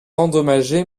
endommagé